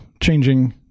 changing